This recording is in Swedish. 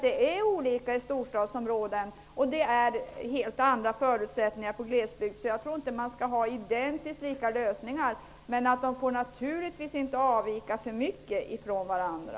Det är olika i storstadsområden och glesbygdsområden. Förutsättningarna är helt annorlunda. Jag tror inte att man skall ha identiskt lika lösningar. Men de får naturligtvis inte avvika alltför mycket från varandra.